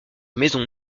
maison